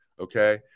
okay